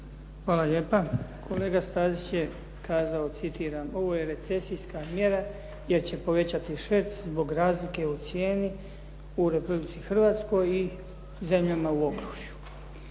Hvala lijepa. Kolega Stazić je kazao, citiram: "Ovo je recesijska mjera jer će povećati šverc zbog razlike u cijeni u Republici Hrvatskoj i zemljama u okružju."